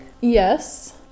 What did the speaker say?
Yes